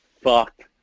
fucked